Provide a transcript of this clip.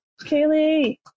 Kaylee